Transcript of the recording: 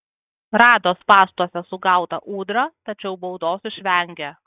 rado spąstuose sugautą ūdrą tačiau baudos išvengė